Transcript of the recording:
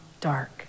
dark